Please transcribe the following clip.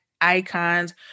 icons